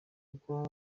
kuko